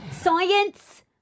Science